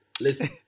Listen